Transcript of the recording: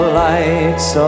lights